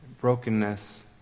brokenness